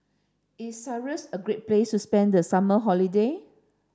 is Cyprus a great place to spend the summer holiday